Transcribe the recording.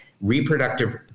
reproductive